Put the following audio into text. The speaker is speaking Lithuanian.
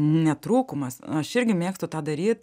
ne trūkumas aš irgi mėgstu tą daryti